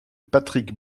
patrick